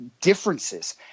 differences